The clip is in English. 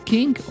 King